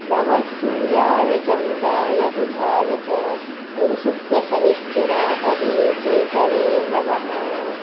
नमः सूर्याय चन्द्राय बुधाय च गुरु शुक्रशनिश्च राहवे केतवे नमः